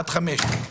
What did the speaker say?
עד חמש שנים,